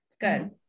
good